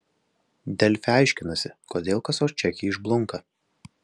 delfi aiškinasi kodėl kasos čekiai išblunka